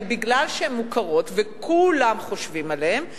בגלל שהן מוכרות וכולם חושבים עליהן,